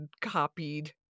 copied